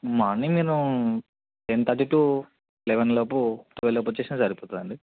morning నేను ten thirty to eleven లోపు twelve లోపు వచ్చేసినా సరిపోతుంది అండి